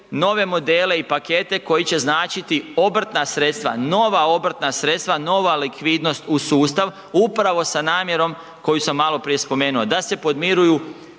nove modele i pakete koji će značiti obrtna sredstva, nova obrtna sredstva, nova likvidnost u sustav, upravo sa namjerom koju sam maloprije spomenuo da se podmiruju